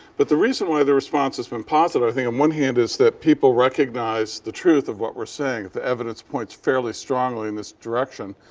but the reason why the response has been positive, i think, on one hand is that people recognize the truth of what we're saying, that the evidence points fairly strongly in this direction.